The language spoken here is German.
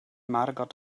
margot